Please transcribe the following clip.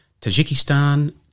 Tajikistan